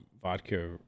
vodka